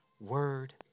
word